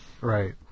Right